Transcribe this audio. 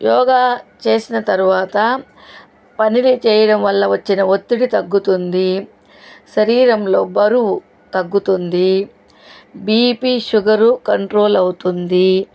యోగా చేసిన తరువాత పనిని చేయడం వల్ల వచ్చిన ఒత్తిడి తగ్గుతుంది శరీరంలో బరువు తగ్గుతుంది బీ పీ షుగరు కంట్రోల్ అవుతుంది